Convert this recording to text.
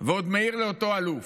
ועוד מעיר לאותו אלוף.